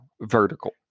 vertical